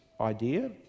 idea